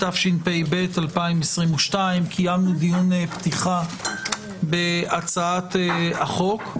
התשפ"ב 2022. קיימנו דיון פתיחה בהצעת החוק.